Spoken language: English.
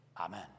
amen